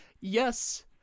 yes